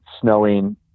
snowing